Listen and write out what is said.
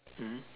mmhmm